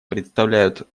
представляют